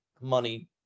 money